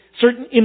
certain